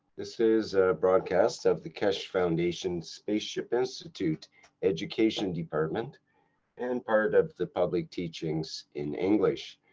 this is a broadcast of the keshe foundation spaceship institute education department and part of the public teachings in english.